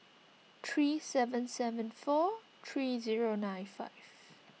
three seven seven four three zero nine five